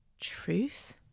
truth